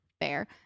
fair